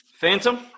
Phantom